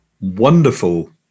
wonderful